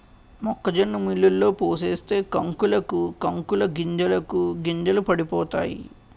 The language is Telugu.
మొక్కజొన్న మిల్లులో పోసేస్తే కంకులకు కంకులు గింజలకు గింజలు పడిపోతాయి